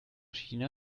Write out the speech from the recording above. china